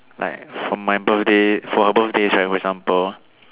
like for my birthday for her birthday service for example